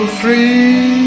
free